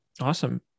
Awesome